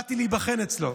באתי להיבחן אצלו.